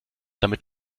damit